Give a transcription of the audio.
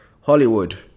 Hollywood